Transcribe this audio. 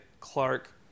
Clark